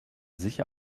sicher